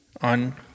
on